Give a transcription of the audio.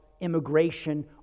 immigration